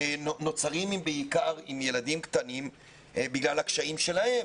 שנוצרים בעיקר עם ילדים קטנים בגלל הקשיים שלהם,